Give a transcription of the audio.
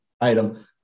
item